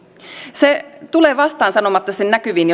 se tulee vastaansanomattomasti näkyviin